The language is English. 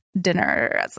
dinner